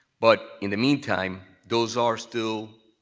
but in the meantime, those are still